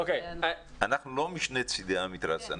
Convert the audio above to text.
אנחנו לא משני צידי המתרס.